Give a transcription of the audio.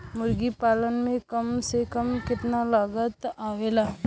मुर्गी पालन में कम से कम कितना लागत आवेला?